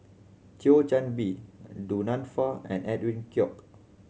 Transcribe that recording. Thio Chan Bee Du Nanfa and Edwin Koek